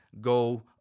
Go